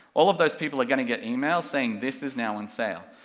all of those people are gonna get emails saying this is now on sale,